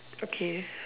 okay